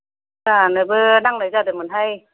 जोंहानोबो नांनाय जादोंमोनहाय